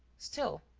still,